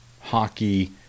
hockey